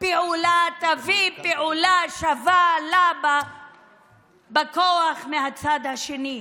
פעולה תביא פעולה שווה לה בכוח מהצד השני.